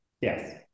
yes